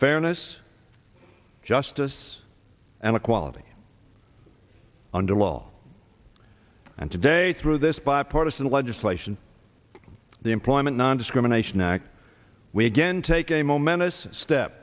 fairness justice and equality under law and today through this bipartisan legislation the employment nondiscrimination act we again take a momentous step